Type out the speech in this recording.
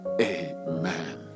Amen